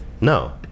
No